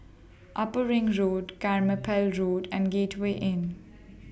Upper Ring Road Carpmael Road and Gateway Inn